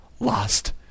lost